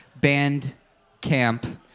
Bandcamp